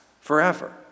forever